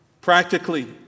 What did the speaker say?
Practically